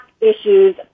issues